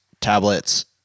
tablets